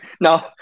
no